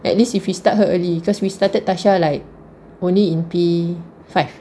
at least if we start her early because we started tasha like only in P five